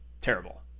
terrible